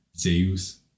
Zeus